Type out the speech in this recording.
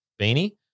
beanie